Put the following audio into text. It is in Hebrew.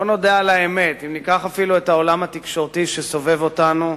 בואו נודה על האמת: אם ניקח אפילו את העולם התקשורתי שסובב אותנו,